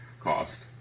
cost